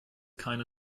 keine